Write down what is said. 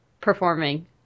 performing